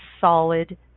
solid